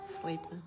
Sleeping